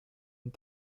and